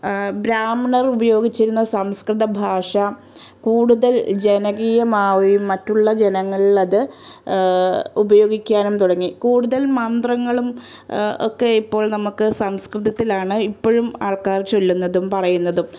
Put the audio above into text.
ബ്രാഹ്മണർ ഉപയോഗിച്ചിരുന്ന സംസ്കൃത ഭാഷ കൂട്തൽ ജനകീയമാവുകേം മറ്റുള്ള ജനങ്ങളിലത് ഉപയോഗിക്കാനും തുടങ്ങി കൂടുതൽ മന്ത്രങ്ങളും ഒക്കെ ഇപ്പോൾ നമുക്ക് സംസ്കൃതത്തിലാണ് ഇപ്പോഴും ആൾക്കാർ ചൊല്ലുന്നതും പറയുന്നതും